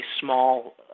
small